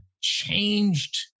changed